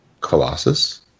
colossus